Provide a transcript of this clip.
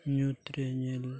ᱧᱩᱛᱨᱮ ᱧᱮᱞ